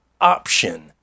option